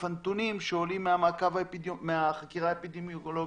הנתונים שעולים מהחקירה האפידמיולוגית.